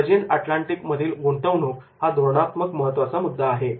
virgin Atlantic मधील गुंतवणूक हा धोरणात्मक महत्त्वाचा मुद्दा आहे